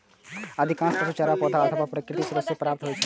अधिकांश पशु चारा पौधा अथवा प्राकृतिक स्रोत सं प्राप्त होइ छै